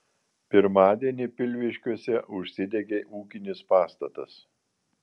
pirmadienį pilviškiuose užsidegė ūkinis pastatas